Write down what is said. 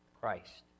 Christ